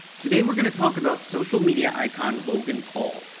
today, we're gonna talk about social media icon logan paul.